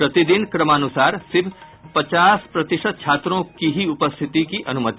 प्रति दिन क्रमानुसार सिर्फ पचास प्रतिशत छात्रों को ही उपस्थिति की अनुमति